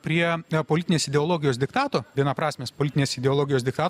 prie politinės ideologijos diktato vienaprasmės politinės ideologijos diktato